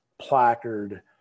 placard